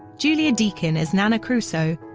julia deakin as nana crusoe,